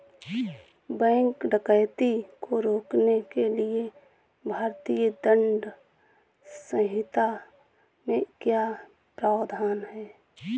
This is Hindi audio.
बैंक डकैती को रोकने के लिए भारतीय दंड संहिता में क्या प्रावधान है